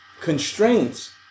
constraints